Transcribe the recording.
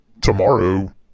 tomorrow